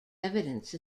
evidence